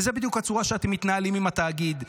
וזאת בדיוק הצורה שאתם מתנהלים עם התאגיד.